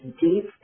deep